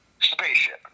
spaceship